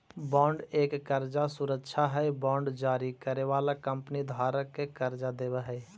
bond एक कर्जा सुरक्षा हई बांड जारी करे वाला कंपनी धारक के कर्जा देवऽ हई